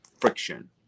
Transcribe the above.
friction